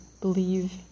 believe